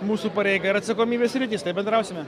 mūsų pareiga ir atsakomybės sritis tai bendrausime